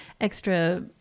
extra